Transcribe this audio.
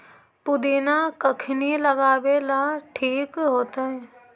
पुदिना कखिनी लगावेला ठिक होतइ?